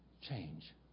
change